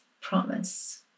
promise